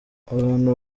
abantu